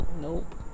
Nope